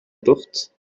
porte